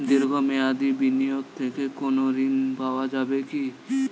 দীর্ঘ মেয়াদি বিনিয়োগ থেকে কোনো ঋন পাওয়া যাবে কী?